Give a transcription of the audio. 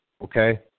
okay